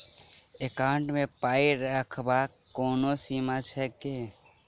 Account मे पाई रखबाक कोनो सीमा छैक की?